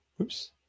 Oops